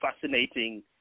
fascinating